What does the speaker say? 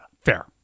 Fair